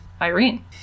Irene